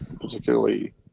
particularly